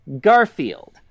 garfield